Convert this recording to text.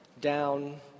down